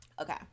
Okay